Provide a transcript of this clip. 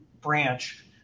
branch